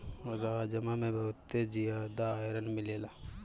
राजमा में बहुते जियादा आयरन मिलेला